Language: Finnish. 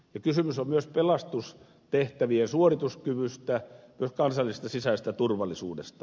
ja kysymys on myös pelastustehtävien suorituskyvystä myös kansallisesta sisäisestä turvallisuudesta